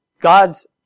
God's